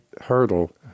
hurdle